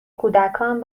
کودکان